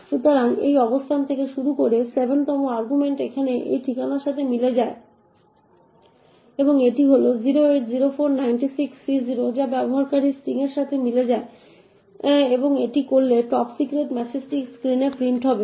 সুতরাং এই অবস্থান থেকে শুরু করে 7 তম আর্গুমেন্ট এখানে এই ঠিকানার সাথে মিলে যায় এবং এটি হল 080496C0 যা ব্যবহারকারীর স্ট্রিং এর সাথে মিলে যায় এবং এটি করলে টপ সিক্রেট মেসেজটি স্ক্রিনে প্রিন্ট হবে